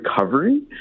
recovery